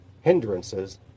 hindrances